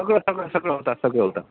सगळं सगळं सगळं सगळं होतात